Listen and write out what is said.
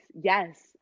yes